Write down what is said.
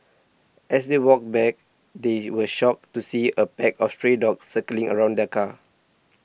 as they walked back they were shocked to see a pack of stray dogs circling around the car